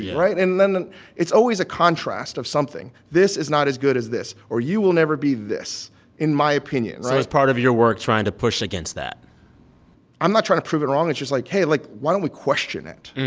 right? and then it's always a contrast of something. this is not as good as this. or you will never be this in my opinion so it's part of your work trying to push against that i'm not trying to prove it wrong. it's just like hey, like, why don't we question it?